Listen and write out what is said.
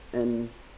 and